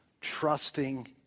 Trusting